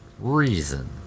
Reason